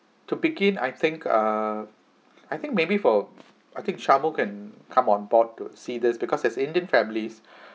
to begin I think err I think maybe for I think shamu can come on board to see this because as indian families